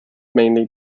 mainly